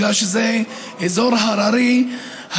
מכיוון שזה אזור הררי,